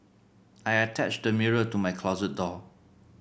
I attached the mirror to my closet door